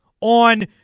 on